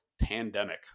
Pandemic